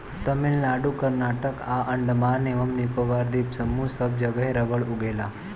तमिलनाडु कर्नाटक आ अंडमान एवं निकोबार द्वीप समूह सब जगे रबड़ उगेला